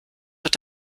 wird